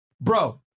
bro